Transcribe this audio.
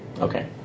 Okay